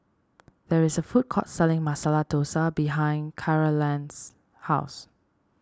there is a food court selling Masala Dosa behind Carolann's house